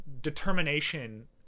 determination